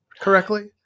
correctly